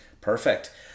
Perfect